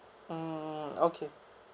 mmhmm okay